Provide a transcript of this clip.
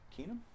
Keenum